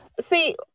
see